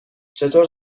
چطور